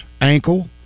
ankle